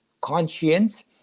Conscience